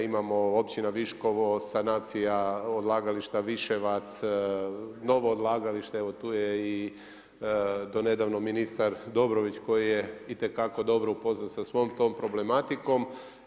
Imamo Općina Viškovo sanacija odlagališta Viševac, novo odlagalište evo tu je i do nedavno ministar Dobrović koji je itekako dobro upoznat sa svom tom problematikom.